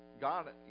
God